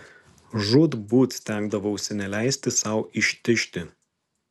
žūtbūt stengdavausi neleisti sau ištižti